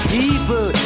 people